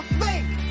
fake